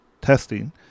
testing